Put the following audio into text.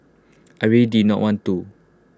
I really did not want to